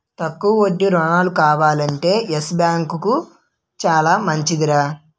తక్కువ వడ్డీ రుణాలు కావాలంటే యెస్ బాంకు చాలా మంచిదిరా